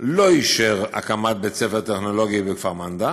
לא אישר הקמת בית-ספר טכנולוגי בכפר מנדא,